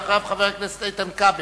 אחריו, חבר הכנסת איתן כבל.